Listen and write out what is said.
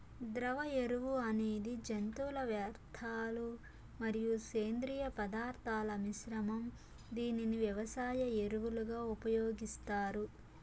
ద్రవ ఎరువు అనేది జంతువుల వ్యర్థాలు మరియు సేంద్రీయ పదార్థాల మిశ్రమం, దీనిని వ్యవసాయ ఎరువులుగా ఉపయోగిస్తారు